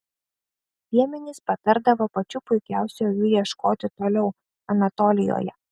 piemenys patardavo pačių puikiausių avių ieškoti toliau anatolijoje